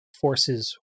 forces